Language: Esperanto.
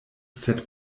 sed